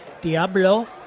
Diablo